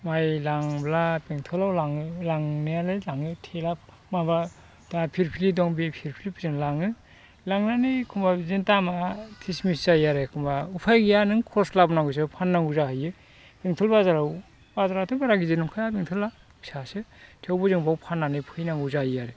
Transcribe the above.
माइ लांब्ला बेंथलाव लाङो लांनायालाय लाङो थेला माबा दा फिलफिलि दं बे फिलफिलिफोरजों लाङो लांनानै एखनबा बिदिनो दामा थिसमिस जायो आरो एखनबा उफाय गैया नों खरस लाबोनांगौसो फाननांगौ जाहैयो बेंथल बाजाराव बाजाराथ' बारा गिदिर नंखाया बेंथला फिसासो थेवबो जों बेयाव फाननानै फैनांगौ जायो आरो